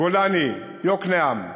גולני יקנעם,